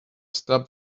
stop